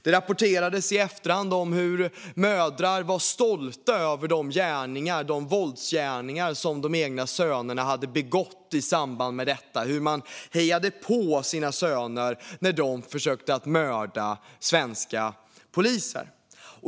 Det rapporterades i efterhand om hur mödrar var stolta över de våldsgärningar som deras söner hade begått i samband med detta och hejade på sina söner när de försökte mörda svenska poliser.